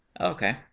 Okay